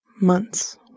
months